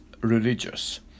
religious